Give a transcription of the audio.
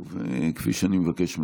שוב, כפי שאני מבקש מכולם,